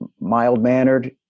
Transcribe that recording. mild-mannered